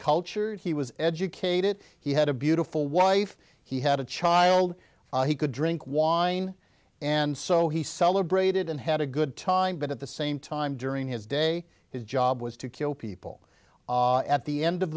cultured he was educated he had a beautiful wife he had a child he could drink wine and so he celebrated and had a good time but at the same time during his day his job was to kill people at the end of